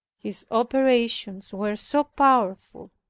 his operations were so powerful,